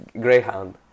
Greyhound